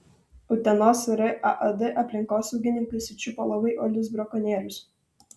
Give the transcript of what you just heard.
utenos raad aplinkosaugininkai sučiupo labai uolius brakonierius